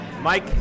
Mike